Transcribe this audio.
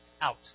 out